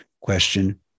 Question